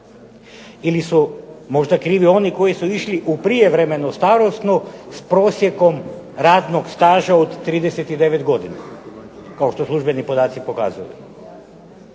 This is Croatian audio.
ili su možda krivi oni koji su išli u prijevremenu starosnu s prosjekom radnog staža od 39 godina kao što službeni podaci pokazuju?